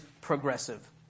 progressive